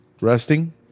Resting